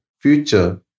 Future